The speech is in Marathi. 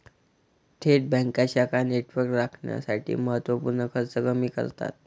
थेट बँका शाखा नेटवर्क राखण्यासाठी महत्त्व पूर्ण खर्च कमी करतात